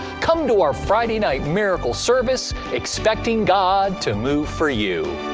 come to our friday night miracle service expecting god to move for you.